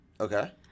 Okay